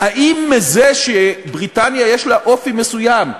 האם מזה שלבריטניה יש אופי מסוים,